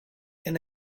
and